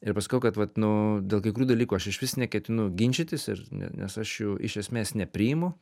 ir pasakau kad vat nu dėl kai kurių dalykų aš išvis neketinu ginčytis ir ne nes aš jų iš esmės nepriimu